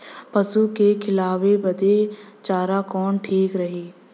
पशु के खिलावे बदे चारा कवन ठीक रही?